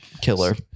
killer